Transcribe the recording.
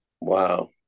wow